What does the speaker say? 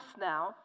now